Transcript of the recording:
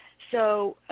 so,